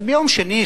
אז ביום שני,